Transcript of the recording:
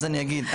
אז אני אגיד.